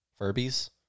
Furbies